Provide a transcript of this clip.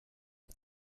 but